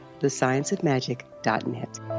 thescienceofmagic.net